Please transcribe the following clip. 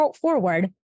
forward